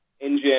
engine